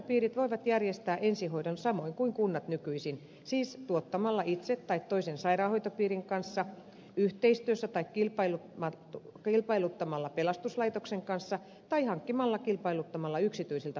sairaanhoitopiirit voivat järjestää ensihoidon samoin kuin kunnat nykyisin siis tuottamalla itse tai toisen sairaanhoitopiirin kanssa yhteistyössä tai kilpailuttamalla pelastuslaitoksen kanssa tai hankkimalla kilpailuttamalla yksityisiltä palveluntuottajilta